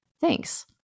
Thanks